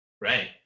Right